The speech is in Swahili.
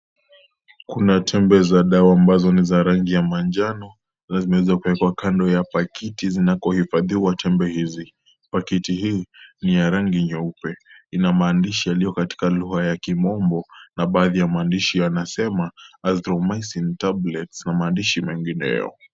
Kuna tembe za dawa ambazo ni za rangi ya manjano na zimeezwa kuekwa ndani ya pakiti zinakohifadhiwa tembe hizi , pakiti hii ni ya rangi nyeupe ina maandishi yaliyo katika lugha yakimombo na baadhi ya maandishi yanasema azinthromicin tablets na maandishi mengineo .